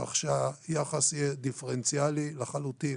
כך שהיחס יהיה דיפרנציאלי לחלוטין.